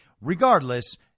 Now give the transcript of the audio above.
Regardless